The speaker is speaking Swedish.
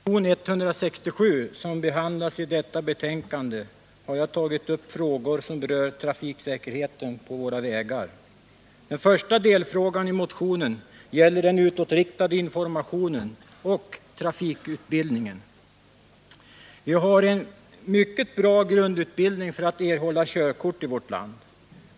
Herr talman! I motion 167, som behandlas i detta betänkande, har jag tagit upp frågor som berör trafiksäkerheten på våra vägar. Den första delfrågan i motionen gäller den utåtriktade informationen och trafikutbildningen. Vi har mycket bra grundutbildning för erhållande av körkort i vårt land.